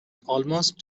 almost